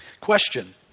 Question